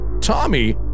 Tommy